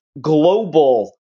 global